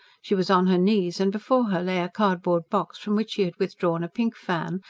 she was on her knees, and before her lay a cardboard box from which she had withdrawn a pink fan,